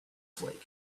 flake